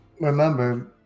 remember